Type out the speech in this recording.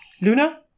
Luna